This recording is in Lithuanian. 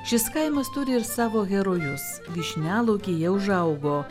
šis kaimas turi ir savo herojus vyšnialaukyje užaugo